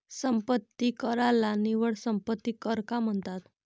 संपत्ती कराला निव्वळ संपत्ती कर का म्हणतात?